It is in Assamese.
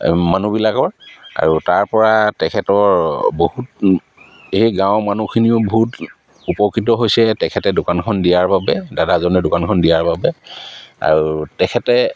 মানুহবিলাকৰ আৰু তাৰপৰা তেখেতৰ বহুত এই গাঁৱৰ মানুহখিনিও বহুত উপকৃত হৈছে তেখেতে দোকানখন দিয়াৰ বাবে দাদাজনে দোকানখন দিয়াৰ বাবে আৰু তেখেতে